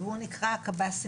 מנכ"לית אגודת ניצן,